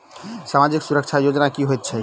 सामाजिक सुरक्षा योजना की होइत छैक?